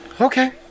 Okay